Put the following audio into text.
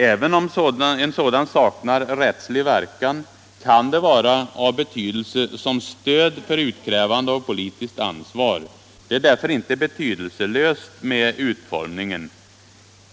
Även om ett sådant saknar rättslig verkan kan det vara av betydelse som stöd för utkrävande av politiskt ansvar. Utformningen är därför inte betydelselös.